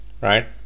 right